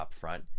upfront